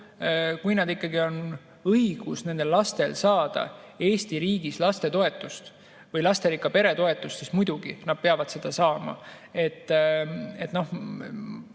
Kui ikkagi on õigus nendel lastel saada Eesti riigis lapsetoetust või lasterikka pere toetust, siis muidugi nad peavad seda saama. Noh,